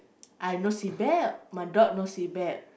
I have no seatbelt my dog no seatbelt